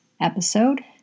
episode